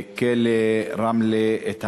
אפילו רוב של נבחרי ציבור לא תמיד